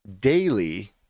daily